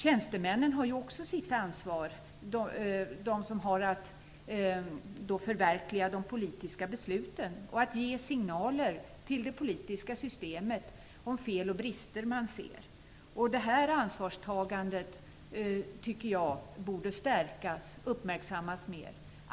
Tjänstemännen, som har att förverkliga de politiska besluten, har också sitt ansvar när det gäller att ge signaler till det politiska systemet om fel och brister man ser. Det ansvarstagandet tycker jag borde stärkas och uppmärksammas mer.